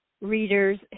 readers